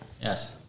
Yes